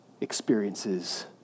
experiences